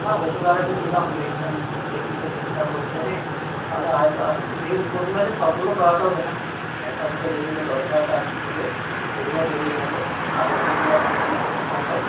হ্যাঁ ওষুধ আরেকটু দিলাম দেখছি তো ঠিকঠাক হচ্ছে না তাহলে আরেকবার আসুন যেই রিপোর্টগুলো আছে সবগুলো করাতে হবে না একটা দুটো যেগুলো দরকার আর হবে সেগুলো করিয়ে নেব আর ওষুধগুলো কন্টিনিউ করতে থাকবেন